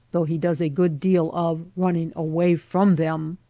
though he does a good deal of running away from them.